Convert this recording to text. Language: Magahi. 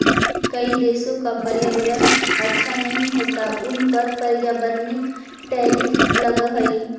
कई देशों का पर्यावरण अच्छा नहीं होता उन पर पर्यावरणिक टैरिफ लगअ हई